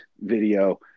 video